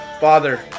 Father